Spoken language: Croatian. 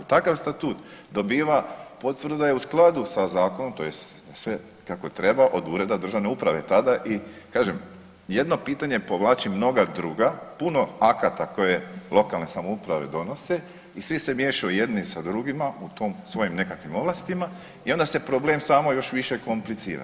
Takav statut dobiva potvrdu da je u skladu sa zakonom, tj. sve kako treba od Ureda državne uprave, tada i kažem, jedno pitanje povlači mnoga druga, puno akata koje lokalne samouprave donose i svi se miješaju jednu sa drugima u tom svojim nekakvim ovlastima i onda se problem samo još više komplicira.